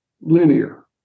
linear